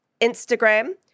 Instagram